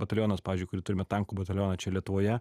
batalionas pavyzdžiui kurį turime tankų batalioną čia lietuvoje